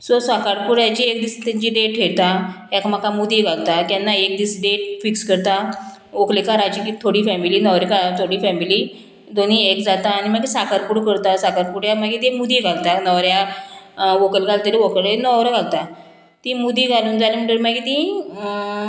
so साकारपुड्याची एक दीस तेंची डेट ठयता एकामेकांक मुदी घालता केन्ना एक दीस डेट फिक्स करता व्हंकलेकाराची थोडी फॅमिली न्हवऱ्याकार थोडी फॅमिली दोनी एक जाता आनी मागीर साकरपुडो करता साकरपुड्याक मागीर ती मुदी घालता न्हवऱ्याक व्हंकल घालतरी व्हंकलेक न्हवरो घालता ती मुदी घालून जालें म्हणटगीर मागीर तीं